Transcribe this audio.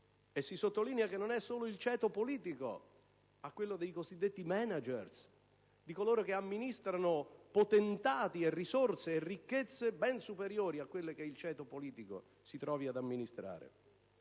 non riguarda solo il ceto politico, ma anche quello dei cosiddetti manager, di coloro che amministrano potentati, risorse e ricchezze ben superiori a quelle che il ceto politico si trovi ad amministrare.